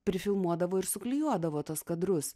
prifilmuodavo ir suklijuodavo tuos kadrus